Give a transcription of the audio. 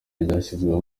ryashyizweho